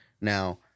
Now-